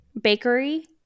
bakery –